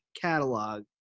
catalog